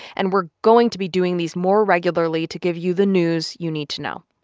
and we're going to be doing these more regularly to give you the news you need to know.